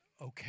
okay